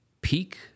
peak